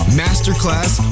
masterclass